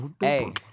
Hey